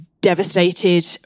devastated